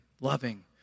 Loving